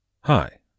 Hi